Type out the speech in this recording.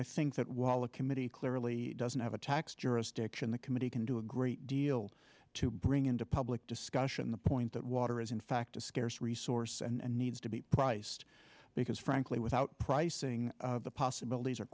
i think that while the committee clearly doesn't have a tax jurisdiction the committee can do a great deal to bring into public discussion the point that water is in fact a scarce resource and needs to be priced because frankly without pricing the